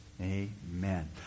Amen